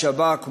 שב"כ,